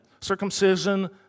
Circumcision